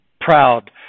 proud